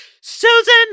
susan